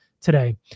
today